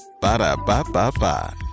Ba-da-ba-ba-ba